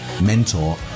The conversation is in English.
mentor